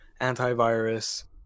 antivirus